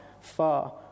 far